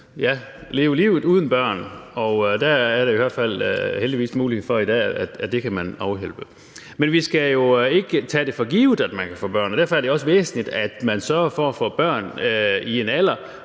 leve livet uden børn. Og det er der da i hvert fald heldigvis mulighed for i dag at man kan afhjælpe. Men vi skal jo ikke tage det for givet, at man kan få børn, og derfor er det også væsentligt, at man sørger for at få børn i en alder,